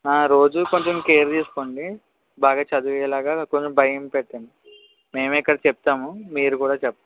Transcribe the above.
రోజు కొంచెం కేర్ తీసుకోండి బాగా చదివేలాగా కొంచెం భయం పెట్టండి మేమూ ఇక్కడ చెప్తాము మీరు కూడా చెప్పండి